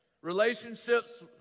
Relationships